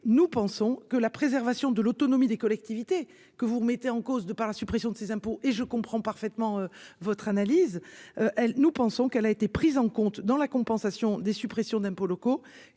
nous pensons que la préservation de l'autonomie des collectivités que vous remettez en cause, de par la suppression de ses impôts et je comprends parfaitement votre analyse. Elle nous pensons qu'elle a été prise en compte dans la compensation des suppressions d'impôts locaux